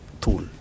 tool